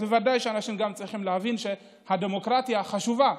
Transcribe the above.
אז בוודאי אנשים צריכים להבין שהדמוקרטיה חשובה,